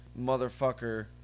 motherfucker